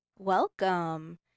welcome